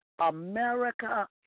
America